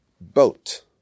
boat